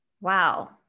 Wow